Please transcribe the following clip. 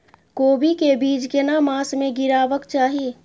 कोबी के बीज केना मास में गीरावक चाही?